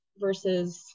versus